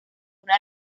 una